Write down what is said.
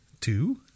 Two